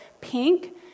pink